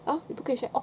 oh 你还不可以写 oh